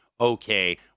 Okay